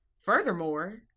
Furthermore